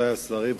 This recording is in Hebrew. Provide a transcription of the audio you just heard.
רבותי השרים,